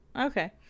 Okay